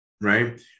right